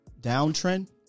downtrend